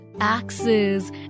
axes